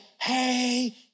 hey